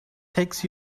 text